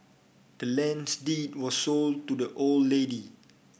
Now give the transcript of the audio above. the land's deed was sold to the old lady